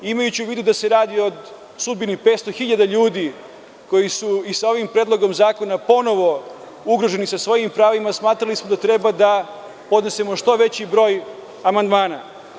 Imajući u vidu da se radi sudbini 500.000 ljudi koji su sa ovim Predlogom zakona ponovo ugroženi sa svojim pravima smatrali smo da treba da podnesemo što veći broj amandmana.